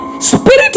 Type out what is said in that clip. Spirit